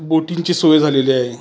बोटींची सोय झालेली आहे